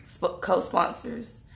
co-sponsors